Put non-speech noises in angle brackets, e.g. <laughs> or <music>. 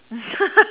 <laughs>